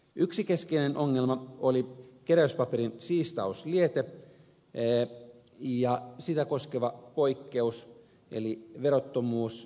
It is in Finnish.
yksi keskeinen ongelma oli keräyspaperin siistausliete ja sitä koskeva poikkeus eli verottomuus